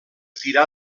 tirar